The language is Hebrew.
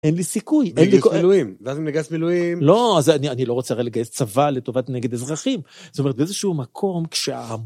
אין לי סיכוי, בדיוק מילואים, ואז אם נגייס מילואים. לא, אני לא רוצה לגייס צבא לטובת נגד אזרחים. זאת אומרת באיזשהו מקום כשהמון...